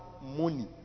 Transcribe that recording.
money